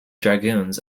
dragoons